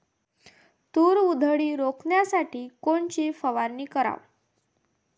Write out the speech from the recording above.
तूर उधळी रोखासाठी कोनची फवारनी कराव?